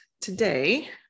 today